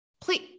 please